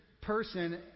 person